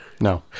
No